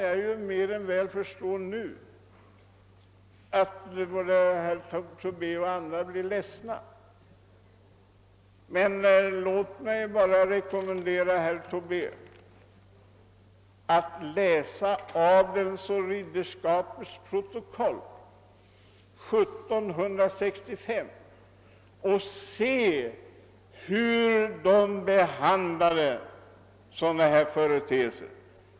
Jag kan mer än väl förstå att både herr Tobé och andra blir ledsna, men låt mig rekommendera herr Tobé att läsa adelns och ridderskapets protokoll från år 1765 och se hur sådana här företeelser då behandlades.